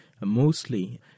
mostly